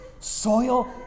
Soil